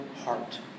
heart